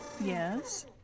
Yes